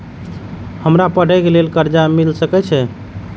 हमरा पढ़े के लेल कर्जा मिल सके छे?